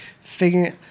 Figuring